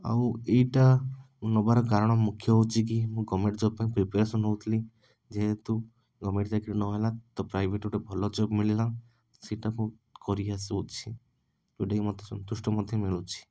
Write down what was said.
ଆଉ ଏଇଟା ମୁଁ ନେବାର କାରଣ ମୁଖ୍ୟ ହେଉଛି କି ମୁଁ ଗଭର୍ଣ୍ଣମେଣ୍ଟ୍ ଜବ୍ ପାଇଁ ପ୍ରିପାରେସନ୍ ହେଉଥିଲି ଯେହେତୁ ଗଭର୍ଣ୍ଣମେଣ୍ଟ୍ ଚାକିରି ନହେଲା ତ ପ୍ରାଇଭେଟ୍ର ଗୋଟେ ଭଲ ଜବ୍ ମିଳିଲା ସେଇଟାକୁ କରିକି ଆସୁଅଛି ଯେଉଁଟାକି ମୋତେ ସନ୍ତୁଷ୍ଟ ମଧ୍ୟ ମିଳୁଛି